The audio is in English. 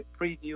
preview